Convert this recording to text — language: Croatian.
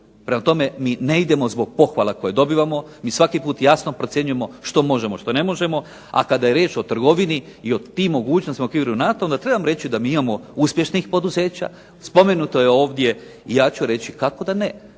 prema tome, mi ne idemo zbog pohvala koje dobivamo, mi svaki put jasno procjenjujemo što možemo što ne možemo, a kada je riječ o trgovini i tim mogućnostima u okviru NATO-a onda trebam reći da imamo uspješnih poduzeća, spomenuto je ovdje, ja ću reći kako da ne.